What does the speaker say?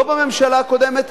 לא בממשלה הקודמת,